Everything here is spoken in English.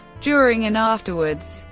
during and afterwards,